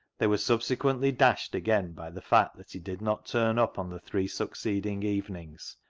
they were subsequently dashed again by the fact that he did not turn up on the three succeeding evenings,